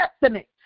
destiny